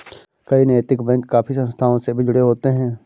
कई नैतिक बैंक काफी संस्थाओं से भी जुड़े होते हैं